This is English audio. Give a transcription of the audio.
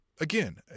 again